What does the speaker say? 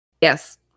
Yes